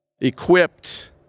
equipped